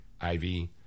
Ivy